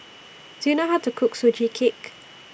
Do YOU know How to Cook Sugee Cake